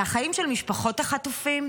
זה החיים של משפחות החטופים,